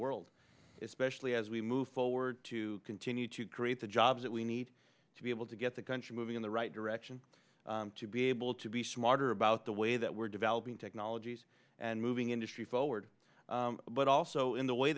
world especially as we move forward to continue to create the jobs that we need to be able to get the country moving in the right direction to be able to be smarter about the way that we're developing technologies and moving industry forward but also in the way